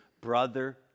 brother